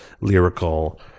lyrical